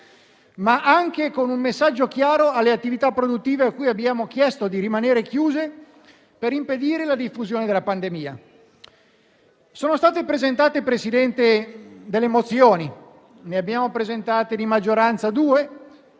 ma anche con un messaggio chiaro alle attività produttive, a cui abbiamo chiesto di rimanere chiuse, per impedire la diffusione della pandemia. Signor Presidente, sono state presentate alcune mozioni (ne abbiamo presentate due di maggioranza) e